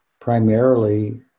primarily